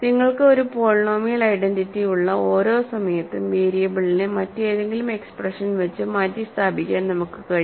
നിങ്ങൾക്ക് ഒരു polynomial identity ഉള്ള ഓരോ സമയത്തും വേരിയബിളിനെ മറ്റേതെങ്കിലും എക്സ്പ്രഷൻ വച്ച് മാറ്റിസ്ഥാപിക്കാൻ നമുക്ക് കഴിയും